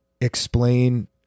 explain